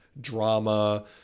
drama